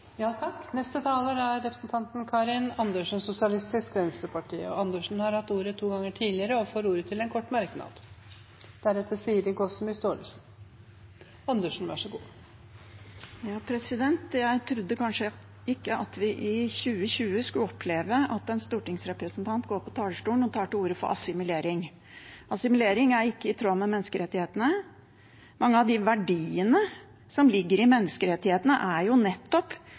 Representanten Karin Andersen har hatt ordet to ganger tidligere i debatten og får ordet til er kort merknad, begrenset til 1 minutt. Jeg trodde ikke at vi i 2020 skulle oppleve at en stortingsrepresentant går på talerstolen og tar til orde for assimilering. Assimilering er ikke i tråd med menneskerettighetene. Mange av de verdiene som ligger i menneskerettighetene, er nettopp